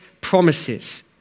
promises